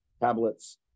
tablets